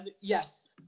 Yes